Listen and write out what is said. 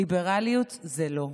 ליברליות זה לא.